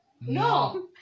no